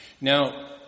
Now